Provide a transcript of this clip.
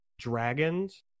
dragons